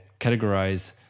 categorize